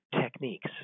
techniques